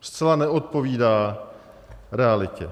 Zcela neodpovídá realitě.